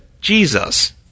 Jesus